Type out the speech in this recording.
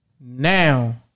Now